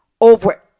over